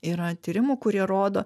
yra tyrimų kurie rodo